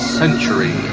century